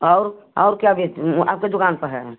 और और क्या आपके दुकान पर है